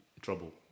trouble